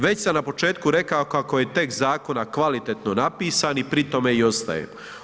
Već sam na početku rekao kako je tekst zakona kvalitetno napisan i pri tome i ostajem.